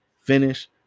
finish